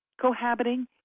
cohabiting